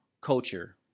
culture